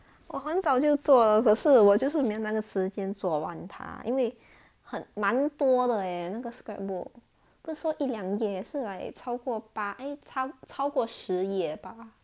我很早就做了可是我就是没有那个时间做完它因为很蛮多的诶那个 scrapbook 不是说一两页是 like 超过八诶超超过十页吧